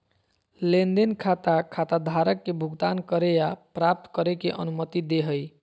लेन देन खाता खाताधारक के भुगतान करे या प्राप्त करे के अनुमति दे हइ